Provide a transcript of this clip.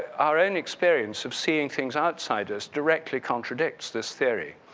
our own experience of seeing things outside us directly contradicts this theory.